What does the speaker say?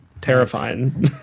terrifying